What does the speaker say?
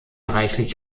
reich